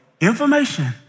information